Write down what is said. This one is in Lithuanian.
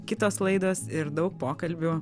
kitos laidos ir daug pokalbių